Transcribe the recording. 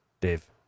dave